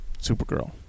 Supergirl